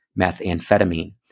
methamphetamine